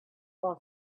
was